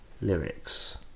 lyrics